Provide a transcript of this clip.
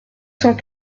cent